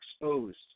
exposed